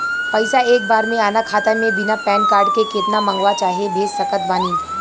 पैसा एक बार मे आना खाता मे बिना पैन कार्ड के केतना मँगवा चाहे भेज सकत बानी?